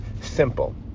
Simple